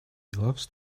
loves